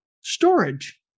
storage